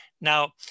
Now